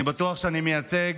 אני בטוח שאני מייצג